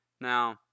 Now